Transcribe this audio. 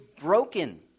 broken